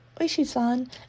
Oishi-san